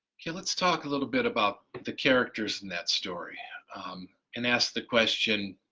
ok let's talk a little bit about the characters in that story and ask the question